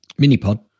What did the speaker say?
Minipod